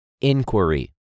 inquiry